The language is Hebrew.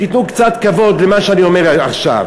תיתנו קצת כבוד למה שאני אומר עכשיו.